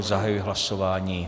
Zahajuji hlasování.